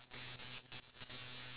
iya